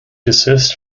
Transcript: desist